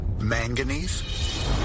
Manganese